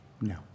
No